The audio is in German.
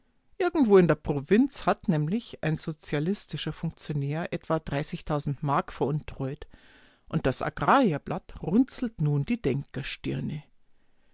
irgendwo in der provinz hat nämlich ein sozialistischer funktionär etwa mark veruntreut und das agrarierblatt runzelt nun die denkerstirne